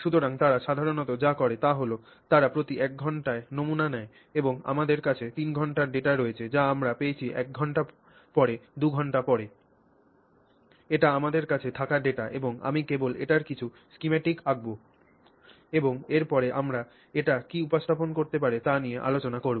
সুতরাং তারা সাধারণত যা করে তা হল তারা প্রতি 1 ঘণ্টায় নমুনা নেয় এবং আমাদের কাছে 3 ঘন্টার ডেটা রয়েছে যা আমরা পেয়েছি 1 ঘন্টা পরে 2 ঘন্টা পরে এটি আমাদের কাছে থাকা ডেটা এবং আমি কেবল এটির কিছু schematic আঁকব এবং এরপরে আমরা এটি কি উপস্থাপন করতে পারে তা নিয়ে আলোচনা করব